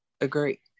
agree